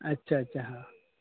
अच्छा अच्छा हां